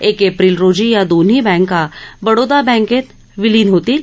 एक एप्रिल रोजी या दोन्ही बँका बडोदा बँकेत विलीन होतील